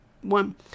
one